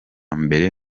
mbere